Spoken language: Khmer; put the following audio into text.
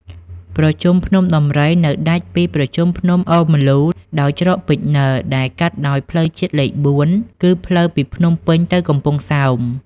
ប្រជុំភ្នំដំរី នៅដាច់ពីប្រជុំភ្នំអូរម្លូដោយច្រកពេជ្រនិល ដែល កាត់ដោយផ្លូវជាតិលេខ ៤ គឺផ្លូវពីភ្នំពេញទៅកំពង់សោម ។